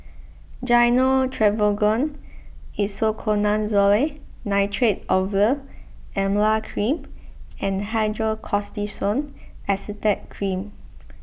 Gyno Travogen Isoconazole Nitrate Ovule Emla Cream and Hydrocortisone Acetate Cream